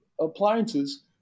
appliances